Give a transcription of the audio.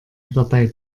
dabei